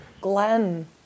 glenn